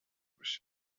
بشه